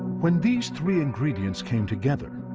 when these three ingredients came together,